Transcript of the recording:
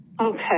Okay